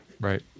Right